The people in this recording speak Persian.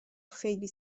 خیلی